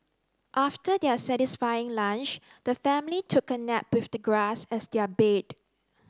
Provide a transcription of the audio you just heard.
after their satisfying lunch the family took a nap with the grass as their bed